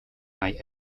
knight